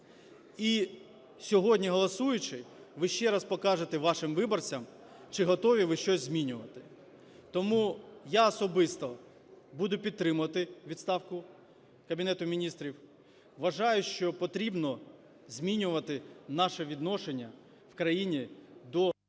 І сьогодні, голосуючи, ви ще раз покажете вашим виборцям, чи готові ви щось змінювати. Тому я особисто буду підтримувати відставку Кабінету Міністрів. Вважаю, що потрібно змінювати наше відношення в країні до…